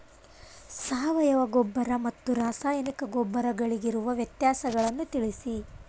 ಸಾವಯವ ಗೊಬ್ಬರ ಮತ್ತು ರಾಸಾಯನಿಕ ಗೊಬ್ಬರಗಳಿಗಿರುವ ವ್ಯತ್ಯಾಸಗಳನ್ನು ತಿಳಿಸಿ?